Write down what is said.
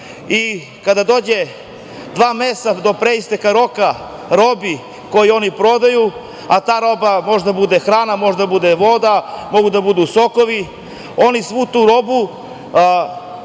dođe dva meseca do pre isteka roka robi, koju oni prodaju, a ta roba može da bude hrana, može da bude voda, mogu da budu sokovi, oni svu tu robu